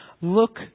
look